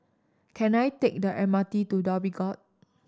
can I take the M R T to Dhoby Ghaut